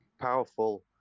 powerful